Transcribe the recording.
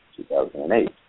2008